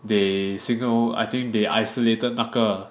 they signal I think they isolated 那个